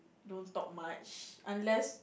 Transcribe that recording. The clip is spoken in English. don't talk much unless